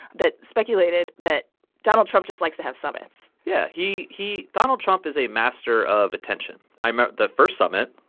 that speculated that donald trump just likes to have summits yeah, he he donald trump is a master of attention. i ah the first summit,